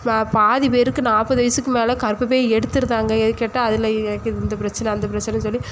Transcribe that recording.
நான் பாதி பேருக்கு நாற்பது வயசுக்கு மேலே கர்பப்பை எடுத்துடுதாங்க ஏன்னு கேட்டால் அதில் எனக்கு இந்த பிரச்சனை அந்த பிரச்சனன்னு சொல்லி